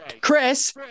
Chris